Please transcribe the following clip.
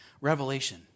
Revelation